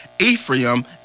Ephraim